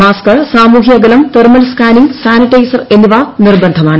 mask സാമൂഹ്യ അകലം thermal scanning sanitiser എന്നിവ നിർബന്ധമാണ്